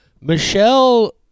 Michelle